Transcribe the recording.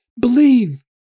believe